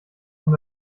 kann